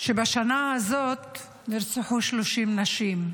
שבשנה הזאת נרצחו 30 נשים,